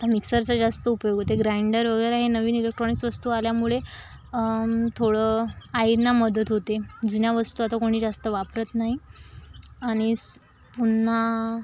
तर मिक्सरचा जास्त उपयोग होते ग्राइंडर वगैरे हे नवीन इलेक्ट्रॉनिक्स वस्तू आल्यामुळे थोडं आईंना मदत होते जुन्या वस्तू आता कोणी जास्त वापरत नाही आणि स पुन्हा